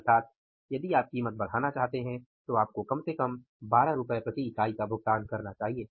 अर्थात यदि आप कीमत बढ़ाना चाहते हैं तो आपको कम से कम 12 रु का भुगतान करना चाहिए